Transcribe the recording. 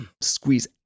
squeeze